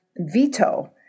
veto